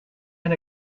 and